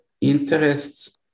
interests